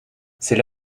c’est